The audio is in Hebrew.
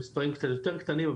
במספרים קצת יותר קטנים,